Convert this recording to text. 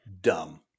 Dumb